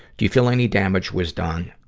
do you feel any damage was done?